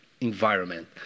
environment